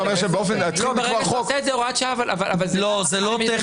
לא, אני